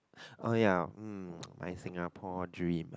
oh ya hmm I Singapore dream ah